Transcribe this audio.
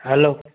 hello